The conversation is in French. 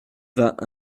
vingt